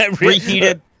Reheated